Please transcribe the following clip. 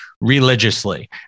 religiously